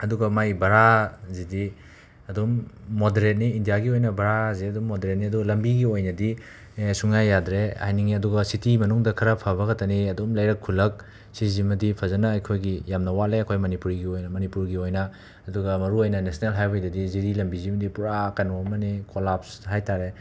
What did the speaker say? ꯑꯗꯨꯒ ꯃꯥꯏ ꯕꯔꯥꯁꯤꯗꯤ ꯑꯗꯨꯝ ꯃꯣꯗꯔꯦꯠꯅꯤ ꯏꯟꯗꯤꯌꯥꯒꯤ ꯑꯣꯏꯅ ꯕꯔꯥꯁꯦ ꯑꯗꯨꯝ ꯃꯣꯗꯔꯦꯠꯅꯤ ꯑꯗꯨ ꯂꯝꯕꯤꯒꯤ ꯑꯣꯏꯅꯗꯤ ꯁꯨꯛꯌꯥ ꯌꯥꯗ꯭ꯔꯦ ꯍꯥꯏꯅꯤꯡꯏ ꯑꯗꯨꯒ ꯁꯤꯇꯤ ꯃꯅꯨꯡꯗ ꯈꯔ ꯐꯕ ꯈꯛꯇꯅꯤ ꯑꯗꯨꯝ ꯂꯩꯔꯛ ꯈꯨꯜꯂꯛ ꯁꯤꯁꯤꯃꯗꯤ ꯐꯖꯅ ꯑꯩꯈꯣꯏꯒꯤ ꯌꯥꯝꯅ ꯋꯥꯠꯂꯦ ꯑꯩꯈꯣꯏ ꯃꯅꯤꯄꯨꯔꯤꯒꯤ ꯑꯣꯏꯅ ꯃꯅꯤꯄꯨꯔꯒꯤ ꯑꯣꯏꯅ ꯑꯗꯨꯒ ꯃꯔꯨ ꯑꯣꯏꯅ ꯅꯦꯁꯅꯦꯜ ꯍꯥꯏꯋꯦꯗꯗꯤ ꯖꯤꯔꯤ ꯂꯝꯕꯤꯁꯤꯃꯗꯤ ꯄꯨꯔꯥ ꯀꯩꯅꯣ ꯑꯃꯅꯤ ꯀꯣꯂꯥꯞꯁ ꯍꯥꯏ ꯇꯥꯔꯦ